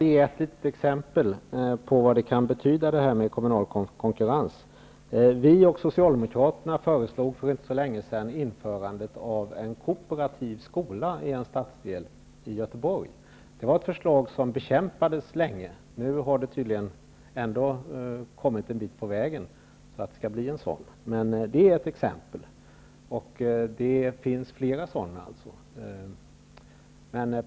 Herr talman! Jag vill bara ge ett exempel på vad det här med kommunal konkurrens kan betyda. Vi i Vänsterpartiet och Socialdemokraterna föreslog för inte så länge sedan att en kooperativ skola skulle införas i en stadsdel i Göteborg. Det förslaget bekämpades länge. Men nu har man tydligen kommit en bit på vägen. Nu skall det bli en sådan skola. Det är som sagt ett exempel bland flera.